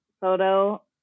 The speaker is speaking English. photo